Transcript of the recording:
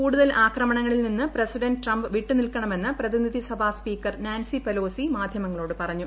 കൂടുതൽ ആക്രമണങ്ങളിൽ നിന്ന് പ്രസിഡന്റ് ട്രംപ് വിട്ടുനിൽക്കണമെന്ന് പ്രതിനിധിസഭാ സ്പീക്കർ നാൻസി പെലോസി മാധ്യമങ്ങളോട് പറഞ്ഞു